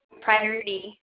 priority